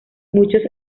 muchos